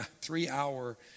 three-hour